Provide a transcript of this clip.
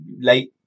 late